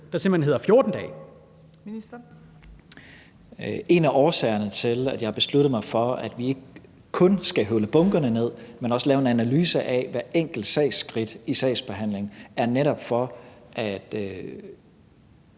(Mattias Tesfaye): En af årsagerne til, at jeg har besluttet mig for, at vi ikke kun skal høvle bunkerne ned, men også lave en analyse af hvert enkelt sagsskridt i sagsbehandlingen, er netop for at